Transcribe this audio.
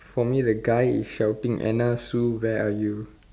for me the guy is shouting Anna Sue where are you